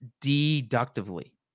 deductively